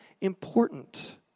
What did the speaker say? important